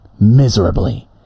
miserably